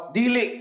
dili